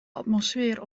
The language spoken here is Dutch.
atmosfeer